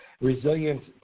Resilience